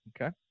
okay